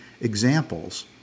examples